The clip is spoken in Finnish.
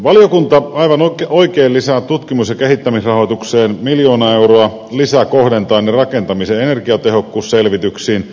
valiokunta aivan oikein lisää tutkimus ja kehittämisrahoitukseen miljoona euroa lisää kohdentaen ne rakentamisen energiatehokkuusselvityksiin